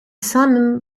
simum